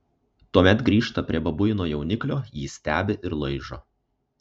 tuomet grįžta prie babuino jauniklio jį stebi ir laižo